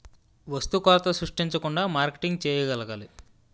వస్తు కొరత సృష్టించకుండా మార్కెటింగ్ చేయగలగాలి